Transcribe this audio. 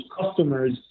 customers